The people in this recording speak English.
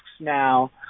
now